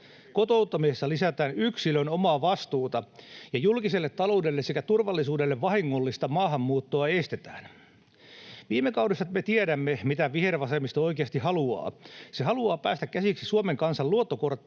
kotouttamisessa lisätään yksilön omaa vastuuta ja julkiselle taloudelle sekä turvallisuudelle vahingollista maahanmuuttoa estetään. Viime kaudesta me tiedämme, mitä vihervasemmisto oikeasti haluaa. Se haluaa päästä käsiksi Suomen kansan luottokorttiin